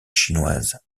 chinoise